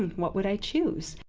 what would i choose?